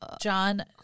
John